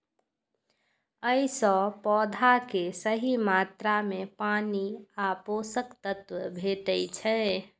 अय सं पौधा कें सही मात्रा मे पानि आ पोषक तत्व भेटै छै